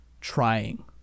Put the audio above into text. trying